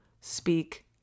speak